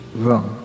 wrong